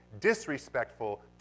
disrespectful